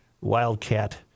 wildcat